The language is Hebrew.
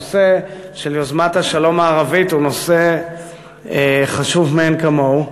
הנושא של יוזמת השלום הערבית הוא נושא חשוב מאין כמוהו,